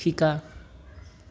শিকা